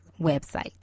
website